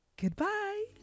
Goodbye